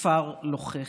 עפר לוחכת".